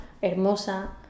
hermosa